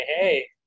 Hey